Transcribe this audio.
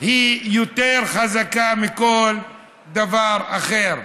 יותר חזקה מכל דבר אחר.